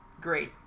Great